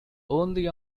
only